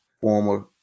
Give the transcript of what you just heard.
former